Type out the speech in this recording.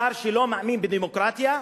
שר שלא מאמין בדמוקרטיה,